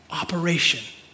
Operation